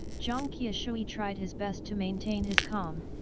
jiang qiushui tried his best to maintain his calm,